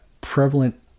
prevalent